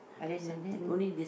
something